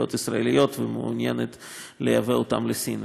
ישראליות ומעוניינת לייבא אותן לסין.